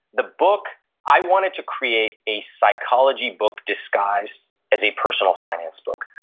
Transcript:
the book i wanted to create a psychology book disguised as a personal finance book.